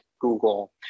Google